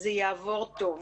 זה יעבור טוב.